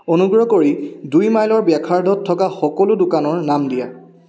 অনুগ্ৰহ কৰি দুই মাইলৰ ব্যাসাৰ্ধত থকা সকলো দোকানৰ নাম দিয়া